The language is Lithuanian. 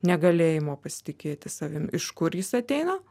negalėjimo pasitikėti savim iš kur jis ateina